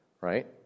right